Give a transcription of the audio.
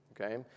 Okay